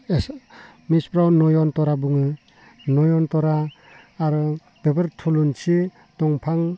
एसामिसफोरा नयनतरा बुङो नयनतरा आरो बेफोर थुलुंसि दंफांफोरा